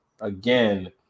again